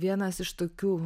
vienas iš tokių